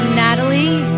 natalie